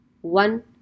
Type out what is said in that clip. one